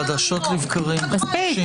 מספיק.